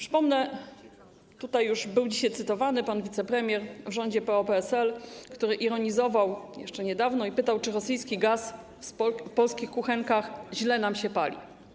Były już dzisiaj cytowane słowa wicepremiera w rządzie PO-PSL, który ironizował jeszcze niedawno i pytał, czy rosyjski gaz w polskich kuchenkach źle nam się pali.